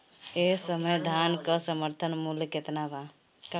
एह समय धान क समर्थन मूल्य केतना बा?